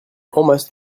almost